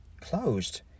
Closed